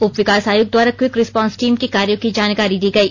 उप विकास आयुक्त द्वारा क्विक रिस्पांस टीम के कार्यो की जानकारी दी गई